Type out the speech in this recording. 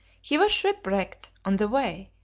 he was shipwrecked on the way,